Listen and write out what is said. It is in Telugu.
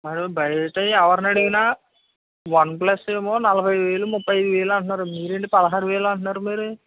మరి బయట ఎవరినడిగినా వన్ ప్లస్ ఏమో నలభై వేలు ముప్పై ఐదు వేలు అంటునారు మీరేంటి పదహారు వేలు అంటనారు మీరు